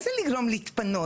מה זה לגרום להתפנות?